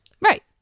Right